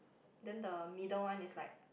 then the middle one is like